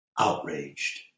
outraged